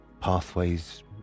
pathways